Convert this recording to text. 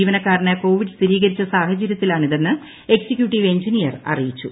ജീവനക്കാരന് കോവിഡ് സ്ഥിരീകരിച്ച സാഹചര്യത്തിലാണിതെന്ന് എക്സിക്യൂട്ടീവ് എഞ്ചിനീയർ അറിയിച്ചു